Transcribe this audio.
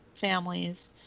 families